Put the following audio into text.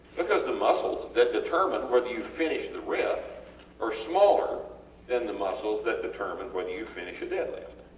because the muscles that determine whether you finish the rep are smaller than the muscles that determine whether you finish a deadlift.